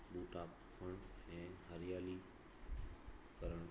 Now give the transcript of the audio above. ॿूटा पोखण ऐं हरियाली करणु